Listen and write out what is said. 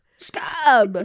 stop